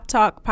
Talk